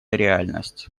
реальность